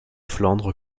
flandres